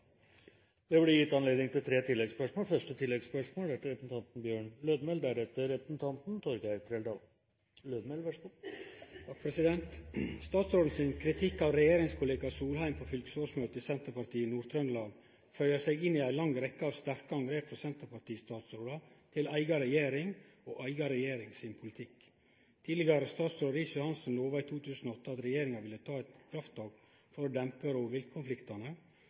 Det har jeg også tatt opp med miljøvernministeren i direkte kontakt. Det blir gitt anledning til tre oppfølgingsspørsmål – først Bjørn Lødemel. Statsråden sin kritikk av regjeringskollega Solheim på fylkesårsmøtet i Senterpartiet Nord-Trøndelag føyer seg inn i ei lang rekkje av sterke angrep frå senterpartistatsrådar til eiga regjering og eiga regjering sin politikk. Tidlegare statsråd Riis-Johansen lova i 2008 at regjeringa ville ta eit krafttak for å dempe